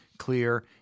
clear